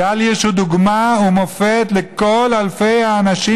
גל הירש הוא דוגמה ומופת לכל אלפי האנשים,